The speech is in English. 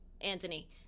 anthony